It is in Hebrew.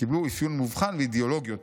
שקיבלו אפיון מובחן ואידיאולוגי יותר.